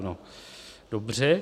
No dobře.